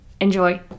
Enjoy